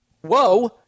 whoa